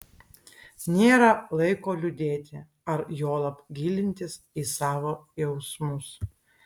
nėra laiko liūdėti ar juolab gilintis į savo jausmus